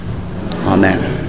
Amen